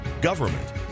government